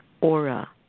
aura